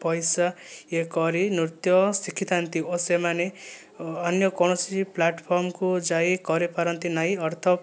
ପଇସା ଇଏ କରି ନୃତ୍ୟ ଶିଖିଥାନ୍ତି ଓ ସେମାନେ ଅନ୍ୟ କୌଣସି ପ୍ଲାଟଫର୍ମ୍କୁ ଯାଇ କରିପାରନ୍ତି ନାହିଁ ଅର୍ଥ